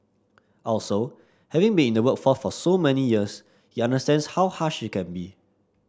also having been in the workforce for so many years he understands how harsh it can be